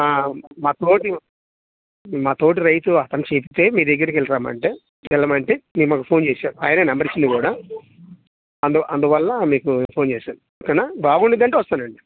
మా తోటి మా తోటి రైతు అతను చెబితే మీ దగ్గరికి ఇలా రమ్మంటే వెల్లమంటే మిమ్మల్ని ఫోన్ చేశారు ఆయనే నెంబర్ ఇచ్చింది కూడా అందువల్ల మీకు ఫోన్ చేశాను ఓకేనా బాగుంటుంది అంటే వస్తానండి